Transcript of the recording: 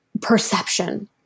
perception